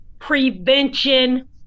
prevention